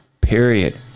Period